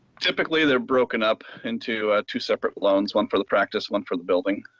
typically they're broken up into two separate loans one for the practice one for the building